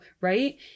right